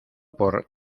por